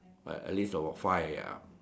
at least about five ah